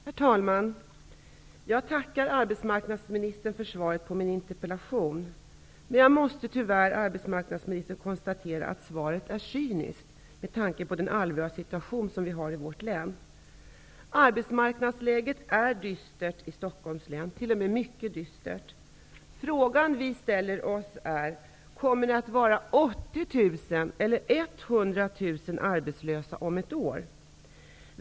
Herr talman! Jag tackar arbetsmarknadsministern för svaret på min interpellation. Jag måste tyvärr, arbetsmarknadsministern, konstatera att svaret är cyniskt med tanke på den allvarliga situation som vi har i vårt län. Arbetsmarknadsläget är dystert i Stockholms län, t.o.m. mycket dystert. Frågan vi ställer oss är: Kommer 80 000 eller 100 000 människor att vara arbetslösa om ett år?